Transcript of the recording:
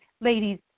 Ladies